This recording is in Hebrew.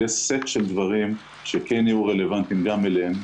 יהיה סט של דברים שכן יהיו רלבנטיים גם להם.